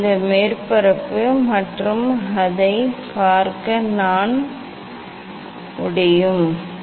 இந்த மேற்பரப்பு மற்றும் அதைப் பார்க்க நான் அதைப் பார்க்க முடியும் என்னால் பார்க்க முடிகிறது